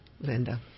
Linda